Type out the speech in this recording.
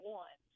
one